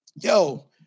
yo